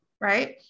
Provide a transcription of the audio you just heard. right